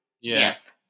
Yes